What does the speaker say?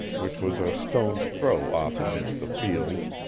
which was a stone's throw off amidst the fields,